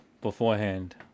beforehand